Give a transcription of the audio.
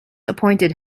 appointed